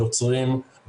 יוצרים,